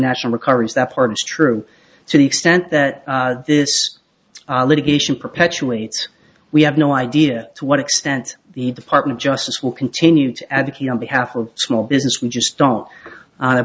national recovery is that part is true to the extent that this litigation perpetuates we have no idea to what extent the the partner of justice will continue to advocate on behalf of small business we just don't